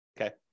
okay